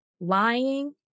lying